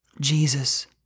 Jesus